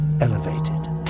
elevated